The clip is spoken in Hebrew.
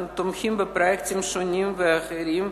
אנחנו תומכים בפרויקטים שונים ואחרים,